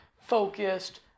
focused